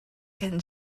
can